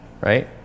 right